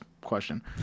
question